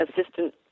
assistant